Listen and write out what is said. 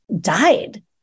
died